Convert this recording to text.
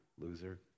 loser